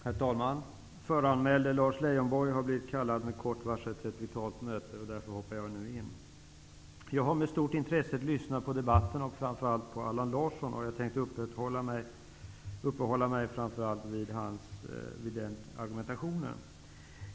Herr talman! Föranmälde Lars Leijonborg har blivit kallad med kort varsel till ett vitalt möte, och därför hoppar jag in. Jag har med stort intresse lyssnat på debatten och särskilt på Allan Larsson, och jag tänkte uppehålla mig framför allt vid den argumentation som han för fram.